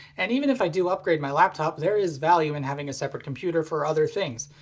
and even if i do upgrade my laptop there is value in having a separate computer for other things.